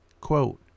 Quote